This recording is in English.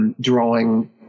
drawing